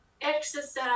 Exercise